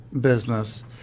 business